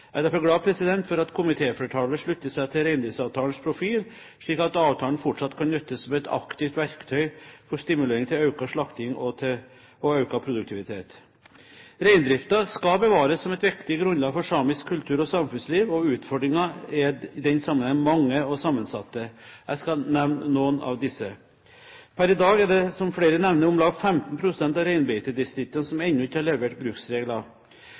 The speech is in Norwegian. Jeg er derfor glad for at komitéflertallet slutter seg til reindriftsavtalens profil, slik at avtalen fortsatt kan nyttes som et aktivt verktøy for stimulering til økt slakting og økt produktivitet. Reindriften skal bevares som et viktig grunnlag for samisk kultur og samfunnsliv, og utfordringene er i den sammenheng mange og sammensatte. Jeg skal nevne noen av disse. Per i dag er det, som flere nevner, om lag 15 pst. av reinbeitedistriktene som ennå ikke har levert bruksregler.